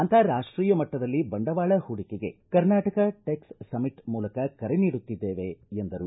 ಅಂತಾರಾಷ್ಷೀಯ ಮಟ್ಟದಲ್ಲಿ ಬಂಡವಾಳ ಪೂಡಿಕೆಗೆ ಕರ್ನಾಟಕ ಟೆಕ್ಸ್ ಸಮ್ಮಿಟ್ ಮೂಲಕ ಕರೆ ನೀಡುತ್ತೇವೆ ಎಂದರು